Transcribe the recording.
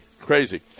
crazy